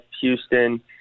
Houston